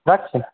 রাখছি